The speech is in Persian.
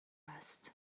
است